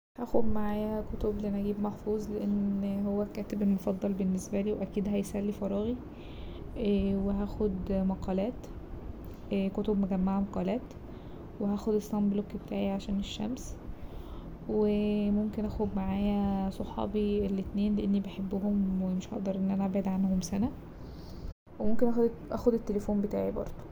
هاخد معايا كتب لنجيب محفوظ لأن هو الكاتب المفضل بالنسبالي واكيد هيسلي فراغي وهاخد مقالات كتب مجمعه مقالات وهاخد الصن بلوك بتاعي عشان الشمس وممكن اخد معايا صحابي الاتنين لأني بحبهم ومش هقدر ان انا ابعد عنهم سنة وممكن اخ- اخد التليفون معايا برضه.